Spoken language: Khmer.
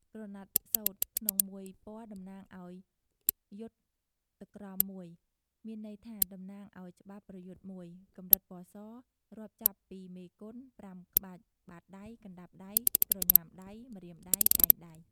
ក្រណាត់សូត្រ ក្នុងមួយពណ៌តំណាងឱ្យយុទ្ធក្រមមួយ មានន័យថាតំណាងឱ្យច្បាប់ប្រយុទ្ធមួយ កម្រិតពណ៌ស រាប់ចាប់ពីមេគុន ៥ក្បាច់ បាតដៃ កណ្ដាប់ដៃ ក្រញាំដៃ ម្រាមដៃ កែងដៃ ។